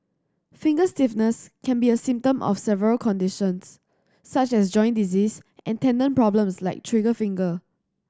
finger stiffness can be a symptom of several conditions such as joint disease and tendon problems like trigger finger